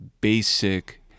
basic